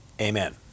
amen